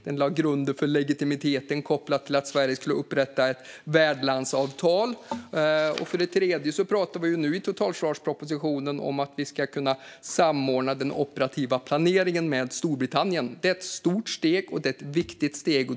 Den lade också grunden för legitimiteten kopplad till att Sverige skulle upprätta ett värdlandsavtal. Dessutom pratar vi nu i totalförsvarspropositionen om att vi ska kunna samordna den operativa planeringen med Storbritannien. Det är ett stort steg, och det är ett viktigt och bra steg.